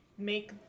Make